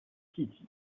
气体